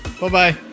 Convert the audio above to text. bye-bye